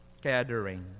gathering